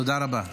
תודה רבה.